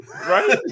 Right